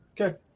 Okay